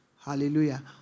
Hallelujah